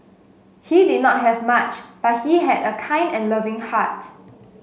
he did not have much but he had a kind and loving heart